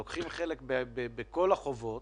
לוקחים חלק בכל החובות,